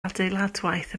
adeiladwaith